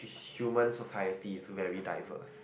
human society is very diverse